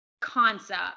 concept